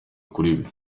kuri